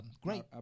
Great